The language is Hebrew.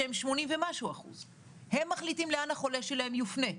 שהם מעל 80%. הם מחליטים לאן החולה שלהם יופנה,